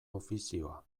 ofizioa